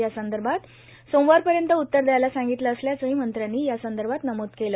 या संदर्भात सोमवारपर्यंत उत्तर द्यायला सांगीतलं असल्याचंही मंत्र्यांनी यासंदर्भात नम्द केलं